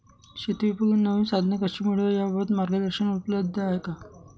शेतीउपयोगी नवीन साधने कशी मिळवावी याबाबत मार्गदर्शन उपलब्ध आहे का?